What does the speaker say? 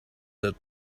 that